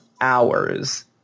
hours